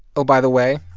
oh, by the way,